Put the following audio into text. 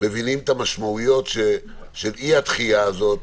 מבינים את המשמעויות של אי הדחייה הזאת,